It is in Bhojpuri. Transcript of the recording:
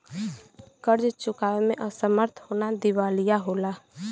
कर्ज़ चुकावे में असमर्थ होना दिवालिया होला